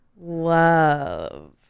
love